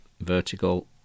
vertical